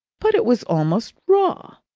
but it was almost raw.